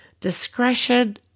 Discretion